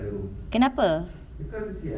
kenapa